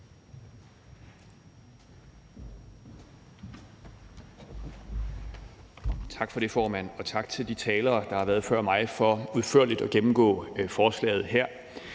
Tak for det, formand. Og tak til de talere, der har været før mig, for udførligt at gennemgå forslaget her.